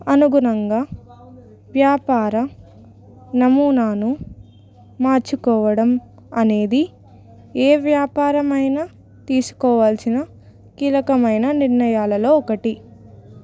అనుగుణంగా వ్యాపార నమూనాను మార్చుకోవడం అనేది ఏ వ్యాపారమైన తీసుకోవాల్సిన కీలకమైన నిర్ణయాలలో ఒకటి